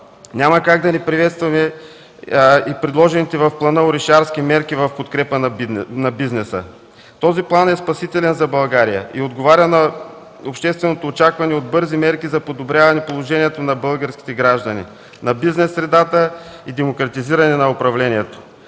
няма как да не приветствам и предложените в плана „Орешарски” мерки в подкрепа на бизнеса. Този план е спасителен за България и отговаря на общественото очакване от бързи мерки за подобряване положението на българските граждани, на бизнес средата и демократизиране на управлението.